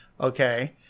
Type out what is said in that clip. Okay